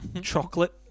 chocolate